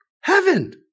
Heaven